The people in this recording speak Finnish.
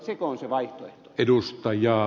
sekö on se vaihtoehto